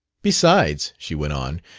besides, she went on,